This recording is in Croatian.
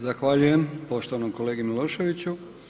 Zahvaljujem poštovanom kolegi Miloševiću.